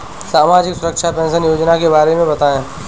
सामाजिक सुरक्षा पेंशन योजना के बारे में बताएँ?